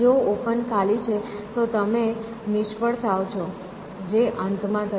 જો ઓપન ખાલી છે તો તમે નિષ્ફળ થાઓ છો જે અંતમાં થશે